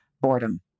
boredom